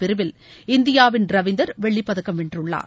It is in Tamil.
பிரிவில் இந்தியாவின் ரவீந்தர் வெள்ளிப்பதக்கம் வென்றுள்ளார்